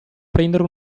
prendere